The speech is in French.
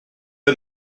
pas